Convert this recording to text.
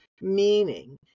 meaning